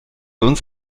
uns